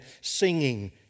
singing